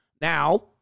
Now